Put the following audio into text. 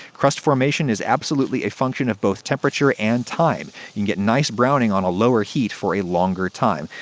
crust formation is absolutely a function of both temperature and time you can get nice browning on a lower heat for a longer time.